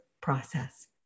process